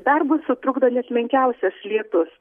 darbui sutrukdo net menkiausias lietus